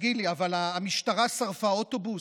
תגיד לי, אבל המשטרה שרפה אוטובוס?